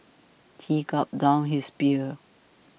he gulped down his beer